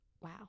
wow